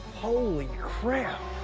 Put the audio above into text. holy crap.